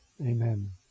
Amen